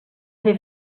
fer